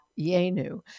Yenu